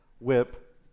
whip